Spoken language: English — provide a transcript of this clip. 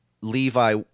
Levi